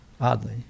oddly